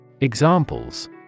Examples